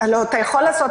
אתה יכול לעשות,